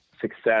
success